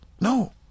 No